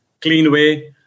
CleanWay